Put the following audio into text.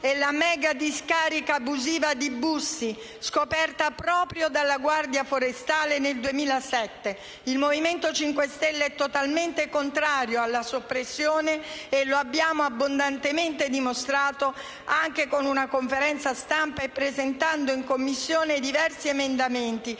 e la mega discarica abusiva di Bussi, scoperta proprio dalla Guardia forestale nel 2007. Il Movimento 5 Stelle è totalmente contrario alla sua soppressione e lo abbiamo abbondantemente dimostrato anche nel corso di una conferenza stampa, nonché presentando in Commissione diversi emendamenti,